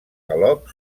galop